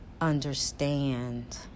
understand